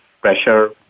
pressure